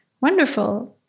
wonderful